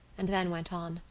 and then went on